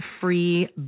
free